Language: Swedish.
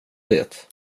det